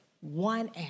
one